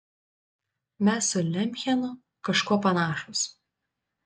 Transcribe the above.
mes su lemchenu kažkuo panašūs